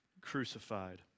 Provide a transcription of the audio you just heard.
crucified